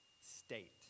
state